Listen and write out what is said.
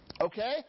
Okay